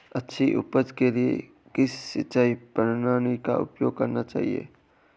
अच्छी उपज के लिए किस सिंचाई प्रणाली का उपयोग करना चाहिए?